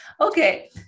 okay